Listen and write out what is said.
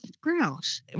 grouse